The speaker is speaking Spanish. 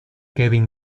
kevin